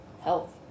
health